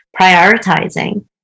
prioritizing